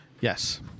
yes